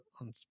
on